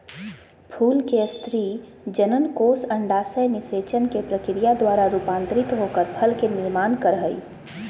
फूल के स्त्री जननकोष अंडाशय निषेचन के प्रक्रिया द्वारा रूपांतरित होकर फल के निर्माण कर हई